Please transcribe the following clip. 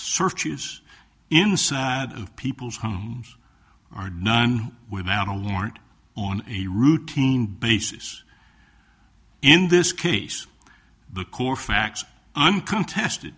searches inside of people's homes are none without a warrant on a routine basis in this case the core facts i'm contested